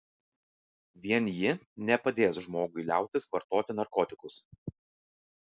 vien ji nepadės žmogui liautis vartoti narkotikus